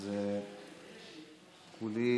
תאמין לי,